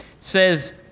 says